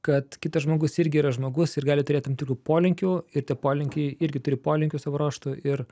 kad kitas žmogus irgi yra žmogus ir gali turėt tam tikrų polinkių ir tie polinkiai irgi turi polinkių savo ruožtu ir